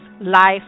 life